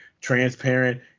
transparent